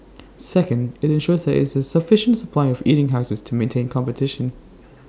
second IT ensures there is A sufficient supply of eating houses to maintain competition